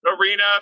arena